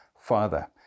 Father